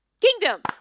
Kingdom